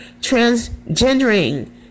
transgendering